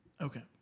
Okay